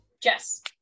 Jess